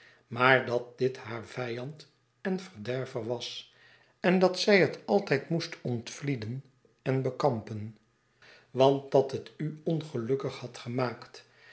maar dat dit haar vijand en verderver was en dat zij het altijd moest ontvlieden en bekarnpen want dat het u ongelukkig had gemaakt